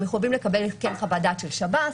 הם מחויבים לקבל חוות דעת של שב"ס,